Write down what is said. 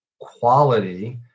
quality